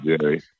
Jerry